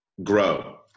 grow